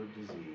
disease